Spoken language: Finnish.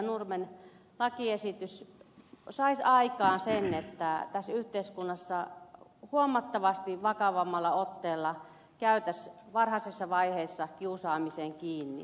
nurmen lakiesitys saisi aikaan sen että tässä yhteiskunnassa huomattavasti vakavammalla otteella käytäisiin varhaisessa vaiheessa kiusaamiseen kiinni